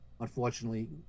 unfortunately